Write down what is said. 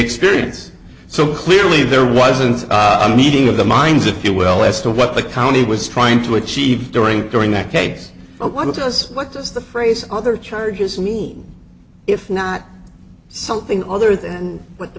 experience so clearly there wasn't a meeting of the minds if you will as to what the county was trying to achieve during during that case but what does what does the phrase other charges mean if not something other than what the